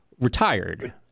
retired